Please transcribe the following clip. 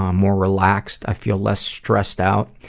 um more relaxed. i feel less stressed out.